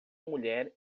mulher